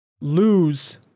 lose